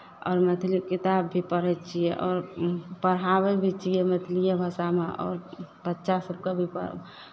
आओर मैथिली किताब भी पढ़ै छियै आओर पढ़ाबै भी छियै मैथिलिए भाषामे आओर बच्चा सभकेँ भी प्